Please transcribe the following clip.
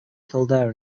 kildare